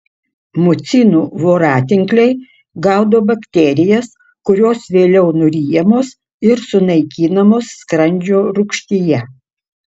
mucinų voratinkliai gaudo bakterijas kurios vėliau nuryjamos ir sunaikinamos skrandžio rūgštyje